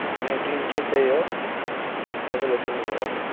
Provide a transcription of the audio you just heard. मेरो ड्रिम चाहिँ त्यही हो सबैले सुन्नु भयो होला